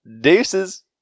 Deuces